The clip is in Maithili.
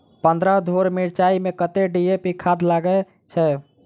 पन्द्रह धूर मिर्चाई मे कत्ते डी.ए.पी खाद लगय छै?